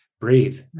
breathe